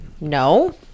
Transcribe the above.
No